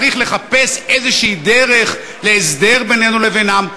צריך לחפש דרך כלשהי להסדר בינינו לבינם.